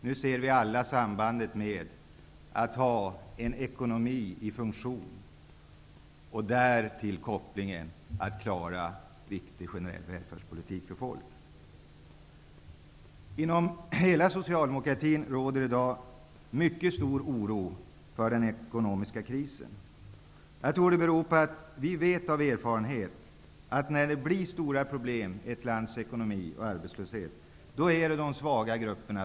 Nu ser vi alla sambandet mellan en fungerande ekonomi och att klara viktig, generell välfärdspolitik för folk. Det råder i dag mycket stor oro inom hela socialdemokratin för den ekonomiska krisen. Jag tror att det beror på att vi av erfarenhet vet att det är de svaga grupperna som kläms åt när det blir stora problem i ett lands ekonomi och när det blir arbetslöshet.